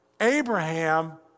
Abraham